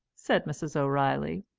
said mrs. o'reilly.